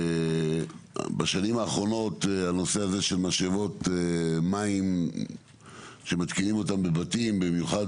בשנים האחרונות הנושא הזה של משאבות מים שמתקינים אותן בבתים במיוחד